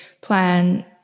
plan